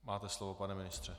Máte slovo, pane ministře.